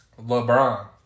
LeBron